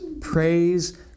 praise